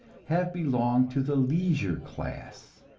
have belonged to the leisure class,